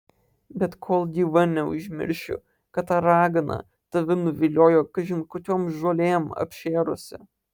bet kol gyva neužmiršiu kad ta ragana tave nuviliojo kažin kokiom žolėm apšėrusi